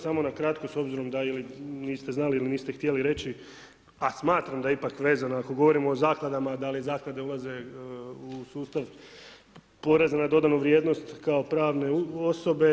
Samo na kratko, s obzirom da ili niste znali ili niste htjeli reći, a smatram da je ipak vezano ako govorimo o zakladama, da li zaklade ulaze u sustav poreza na dodanu vrijednost kao pravne osobe.